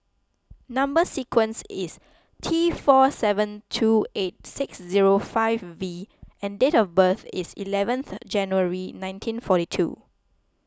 Number Sequence is T four seven two eight six zero five V and date of birth is eleventh January nineteen forty two